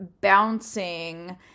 bouncing